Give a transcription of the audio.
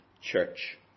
church